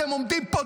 אתם עומדים פה,